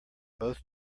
both